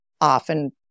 often